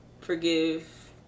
forgive